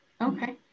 Okay